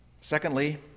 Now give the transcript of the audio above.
Secondly